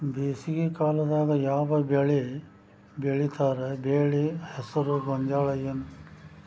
ಬೇಸಿಗೆ ಕಾಲದಾಗ ಯಾವ್ ಬೆಳಿ ಬೆಳಿತಾರ, ಬೆಳಿ ಹೆಸರು ಗೋಂಜಾಳ ಏನ್?